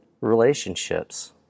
relationships